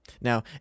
Now